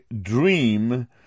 dream